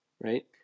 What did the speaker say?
right